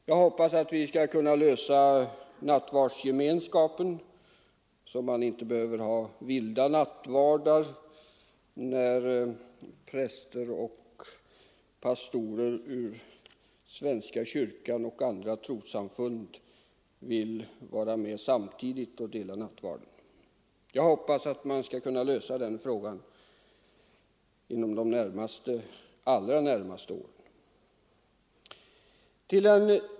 Jag hoppas att vi skall kunna lösa frågan om nattvardsgemenskapen, så att man inte behöver ha skilda nattvarder när präster och pastorer ur svenska kyrkan och andra trossamfund vill vara med samtidigt och dela nattvarden. Jag hoppas att man skall kunna lösa den frågan inom de allra närmaste åren.